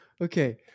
Okay